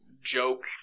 joke